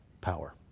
power